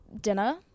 dinner